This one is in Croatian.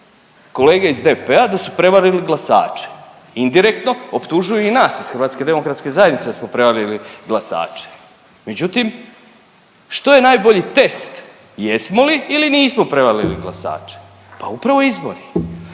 kolege iz DP-a da su prevarili glasače. Indirektno optužuju i nas iz HDZ-a da smo prevarili glasače. Međutim što je najbolji test jesmo li ili nismo prevarili glasače. Pa upravo izbori.